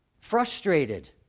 frustrated